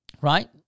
Right